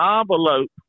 envelope